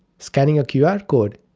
scanning a qr code,